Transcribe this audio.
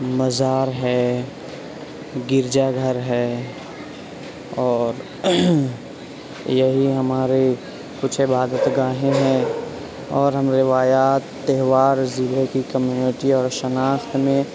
مزار ہے گرجا گھر ہے اور یہی ہمارے کچھ عبادت گاہیں ہیں اور ہم روایات تہوار ضلع کی کمیونٹی اور شناخت میں